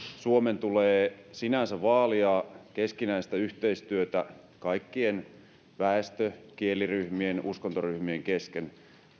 suomen tulee sinänsä vaalia keskinäistä yhteistyötä kaikkien väestö kieli ja uskontoryhmien kesken